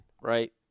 right